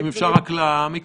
אם אפשר רק למיקרופון?